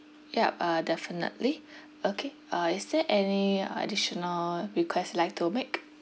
yup uh definitely okay uh is there any additional requests you like to make